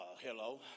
hello